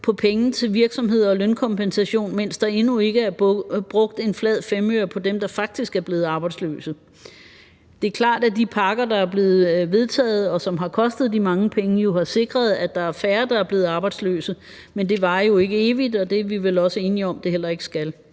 til virksomhederne, mens der endnu ikke er brugt en flad femøre på dem, der faktisk er blevet arbejdsløse. Det er klart, at de pakker, der er blevet vedtaget, og som har kostet de mange penge, jo har sikret, at der er færre, der er blevet arbejdsløse, men det varer jo ikke evigt, og det er vi vel også enige om at det heller ikke skal.